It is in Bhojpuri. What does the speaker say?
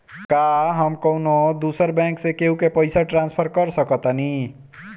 का हम कौनो दूसर बैंक से केहू के पैसा ट्रांसफर कर सकतानी?